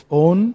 own